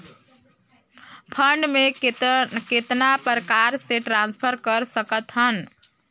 Fund मे कतना प्रकार से ट्रांसफर कर सकत हन?